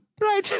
Right